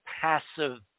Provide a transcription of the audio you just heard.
passive